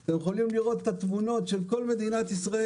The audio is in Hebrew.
אתם יכולים לראות את התמונות של כל מדינת ישראל,